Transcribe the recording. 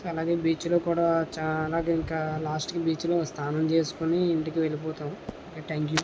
so అలాగే బీచ్లో కూడా చా అలాగే ఇంకా లాస్ట్కి బీచ్లో స్నానం చేసుకుని ఇంటికి వెళ్ళిపోతాం ఓకే థ్యాంక్ యూ